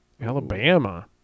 Alabama